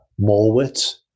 Molwitz